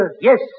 Yes